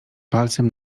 palcem